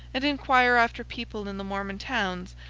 and inquire after people in the mormon towns,